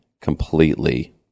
completely